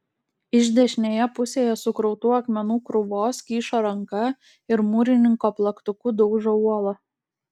iš dešinėje pusėje sukrautų akmenų krūvos kyšo ranka ir mūrininko plaktuku daužo uolą